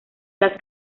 las